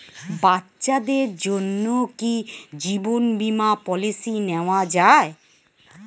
বাচ্চাদের জন্য কি জীবন বীমা পলিসি নেওয়া যায়?